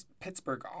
Pittsburgh